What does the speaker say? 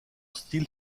style